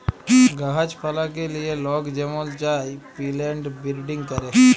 গাহাছ পালাকে লিয়ে লক যেমল চায় পিলেন্ট বিরডিং ক্যরে